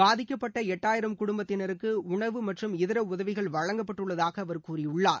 பாதிக்கப்பட்ட எட்டாயிரம் குடும்பத்தினருக்கு உணவு மற்றும் இதர உதவிகள் வழங்கப்பட்டுள்ளதாக அவர் கூறியுள்ளார்